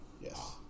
Yes